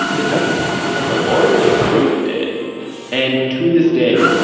it doesn't and the lawyers approved it and to this day,